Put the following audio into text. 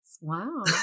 wow